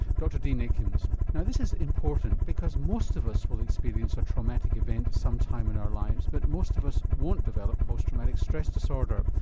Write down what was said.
dr deane aikins. now this is important because most of us will experience a traumatic event at some time in our lives but most of us won't develop post traumatic stress disorder.